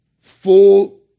full